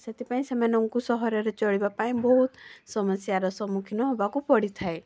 ସେଥିପାଇଁ ସେମାନଙ୍କୁ ସହରରେ ଚଳିବା ପାଇଁ ବହୁତ ସମସ୍ୟାର ସମ୍ମୁଖୀନ ହେବାକୁ ପଡ଼ିଥାଏ